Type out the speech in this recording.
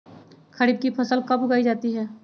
खरीफ की फसल कब उगाई जाती है?